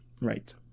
Right